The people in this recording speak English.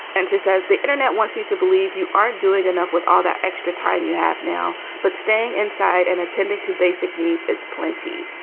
and she says the internet wants you to believe you aren't doing enough with all that extra time you have now. but staying inside and attending to basic needs is plenty.